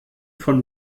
von